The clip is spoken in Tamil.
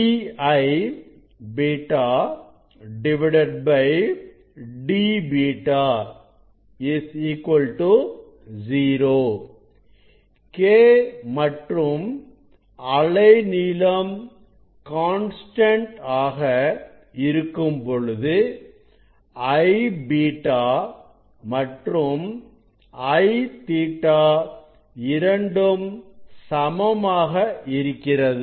dIβ dβ 0 K மற்றும் அலைநீளம் கான்ஸ்டன்ட் ஆக இருக்கும்பொழுது Iβ மற்றும் I Ɵ இரண்டும் சமமாக இருக்கிறது